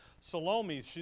Salome